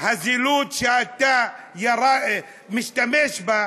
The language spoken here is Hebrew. הזילות שאתה משתמש בה,